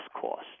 cost